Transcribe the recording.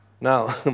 Now